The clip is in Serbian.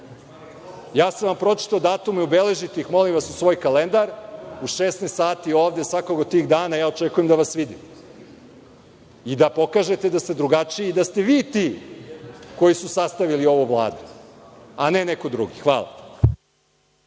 Ja sam vam pročitao datume, obeležite ih molim vas u svoj kalendar. U 16.00 sati ovde svakog od tih dana očekujem da vas vidim i da pokažete da ste drugačiji i da ste vi ti koji ste sastavili ovu Vladu, a ne neko drugi. Hvala.